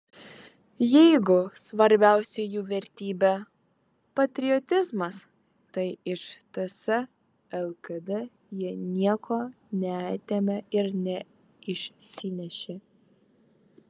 jeigu svarbiausia jų vertybė patriotizmas tai iš ts lkd jie nieko neatėmė ir neišsinešė